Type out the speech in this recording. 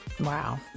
Wow